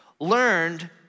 Learned